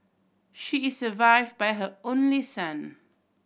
she is survived by her only son